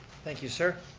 thank you sir.